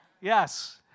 Yes